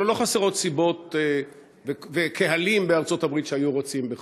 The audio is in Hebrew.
והלוא לא חסרים סיבות וקהלים בארצות-הברית שהיו רוצים בכך.